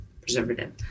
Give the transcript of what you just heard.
preservative